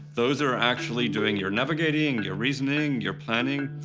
those are actually doing your navigating, your reasoning, your planning,